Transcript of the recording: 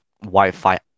Wi-Fi